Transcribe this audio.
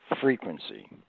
frequency